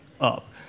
up